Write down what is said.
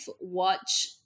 watch